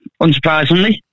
unsurprisingly